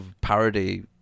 parody